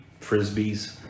frisbees